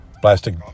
plastic